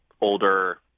older